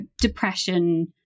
depression